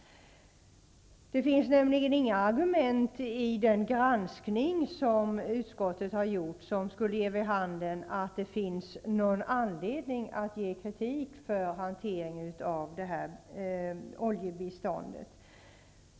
Det har vid utskottets granskning nämligen inte kommit fram någonting som skulle ge vid handen att det finns anledning att rikta kritik mot hanteringen mot detta oljebistånd.